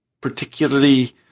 particularly –